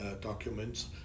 documents